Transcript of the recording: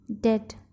Dead